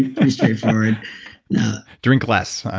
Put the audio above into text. pretty straightforward drink less.